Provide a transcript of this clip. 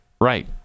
right